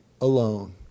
alone